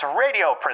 Radio